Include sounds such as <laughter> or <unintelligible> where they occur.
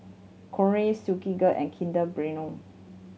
Knorr Silkygirl and Kinder <unintelligible>